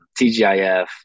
TGIF